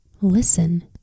Listen